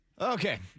Okay